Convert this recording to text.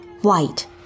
White